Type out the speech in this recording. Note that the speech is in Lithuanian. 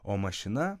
o mašina